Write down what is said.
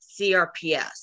CRPS